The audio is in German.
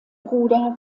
bruder